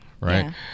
right